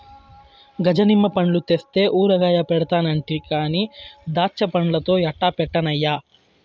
గజ నిమ్మ పండ్లు తెస్తే ఊరగాయ పెడతానంటి కానీ దాచ్చాపండ్లతో ఎట్టా పెట్టన్నయ్యా